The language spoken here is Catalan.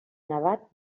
nevat